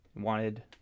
wanted